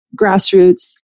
grassroots